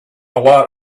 lot